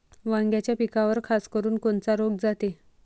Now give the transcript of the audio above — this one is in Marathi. वांग्याच्या पिकावर खासकरुन कोनचा रोग जाते?